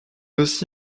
aussi